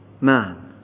man